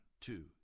two